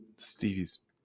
Stevie's